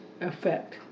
effect